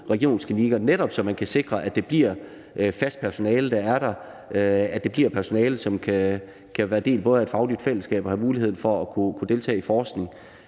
regionsklinikkerne, netop så man kan sikre, at det bliver fast personale, der er der, og at det bliver personale, som både kan være en del af et fagligt fællesskab og have muligheden for at deltage i forskning.